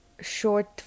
short